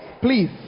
Please